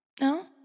No